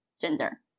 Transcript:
gender